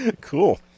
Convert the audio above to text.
Cool